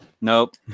nope